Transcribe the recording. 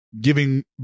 giving